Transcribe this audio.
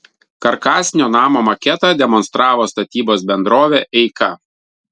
karkasinio namo maketą demonstravo statybos bendrovė eika